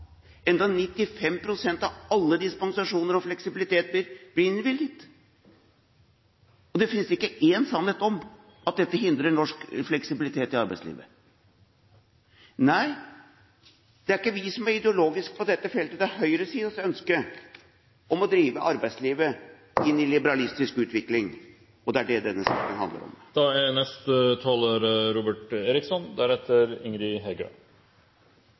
enda 95 pst. av alle dispensasjoner – og fleksibilitet – blir innvilget. Det finnes ikke én sannhet i at dette hindrer norsk fleksibilitet i arbeidslivet. Nei, det er ikke vi som er ideologiske på dette feltet – det er høyresidens ønske om å drive arbeidslivet inn i en liberalistisk utvikling. Det er det denne saken handler om.